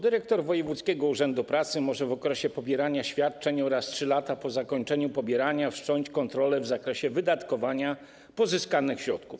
Dyrektor wojewódzkiego urzędu pracy może w okresie pobierania świadczeń oraz 3 lata po zakończeniu ich pobierania wszcząć kontrolę w zakresie wydatkowania pozyskanych środków.